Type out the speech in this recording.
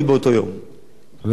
חבר הכנסת מקלב, בבקשה.